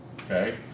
okay